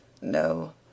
No